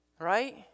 Right